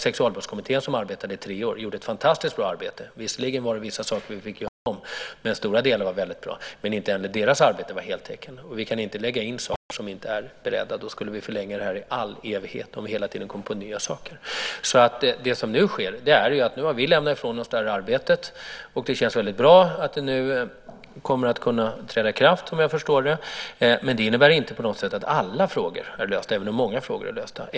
Sexualbrottskommittén arbetade i tre år och gjorde ett fantastiskt bra arbete. Visserligen fanns det vissa saker som vi fick göra om, men stora delar var väldigt bra. Men inte heller deras arbete var heltäckande. Vi kan inte lägga in saker som inte är beredda. Om vi hela tiden kom på nya saker skulle vi förlänga detta i all evighet. Nu har vi lämnat ifrån oss det här arbetet. Det känns väldigt bra att det kommer att kunna träda i kraft som jag förstår det. Men det innebär inte att alla frågor är lösta även om många frågor är det.